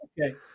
Okay